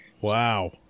Wow